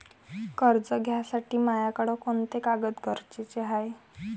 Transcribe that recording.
कर्ज घ्यासाठी मायाकडं कोंते कागद गरजेचे हाय?